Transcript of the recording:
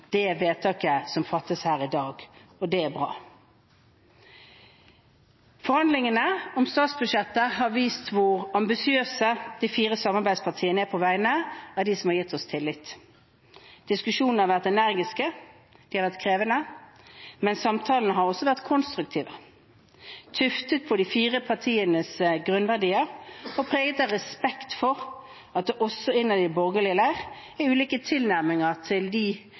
det vedtaket som fattes her i dag. Det er bra. Forhandlingene om statsbudsjettet har vist hvor ambisiøse de fire samarbeidspartiene er på vegne av dem som har gitt oss tillit. Diskusjonene har vært energiske, de har vært krevende, men samtalene har også vært konstruktive – tuftet på de fire partienes grunnverdier og preget av respekt for at det også innad i borgerlig leir er ulike tilnærminger til de